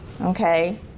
Okay